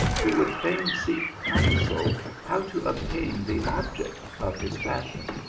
who would fain seek counsel how to obtain the object of his passion.